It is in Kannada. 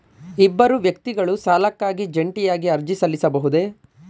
ಇಬ್ಬರು ವ್ಯಕ್ತಿಗಳು ಸಾಲಕ್ಕಾಗಿ ಜಂಟಿಯಾಗಿ ಅರ್ಜಿ ಸಲ್ಲಿಸಬಹುದೇ?